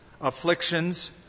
afflictions